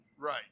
Right